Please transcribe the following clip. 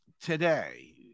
today